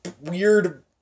weird